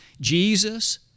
Jesus